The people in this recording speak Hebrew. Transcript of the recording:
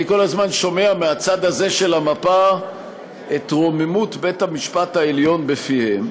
אני כל הזמן שומע מהצד הזה של המפה את רוממות בית-המשפט העליון בפיהם,